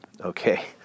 Okay